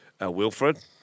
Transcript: Wilfred